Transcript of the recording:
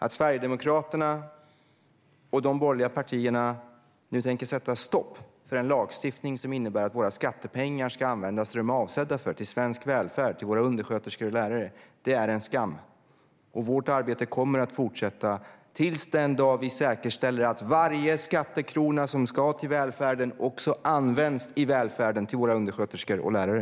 Att Sverigedemokraterna och de borgerliga partierna nu tänker sätta stopp för en lagstiftning som innebär att våra skattepengar ska användas till det de är avsedda för - till svensk välfärd, till våra undersköterskor och till våra lärare - är en skam. Vårt arbete kommer att fortsätta tills vi säkerställer att varje skattekrona som ska till välfärden också används i välfärden, till våra undersköterskor och lärare.